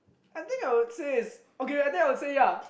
I think I would say its okay I think I would say yea